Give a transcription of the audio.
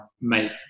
make